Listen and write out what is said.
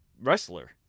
wrestler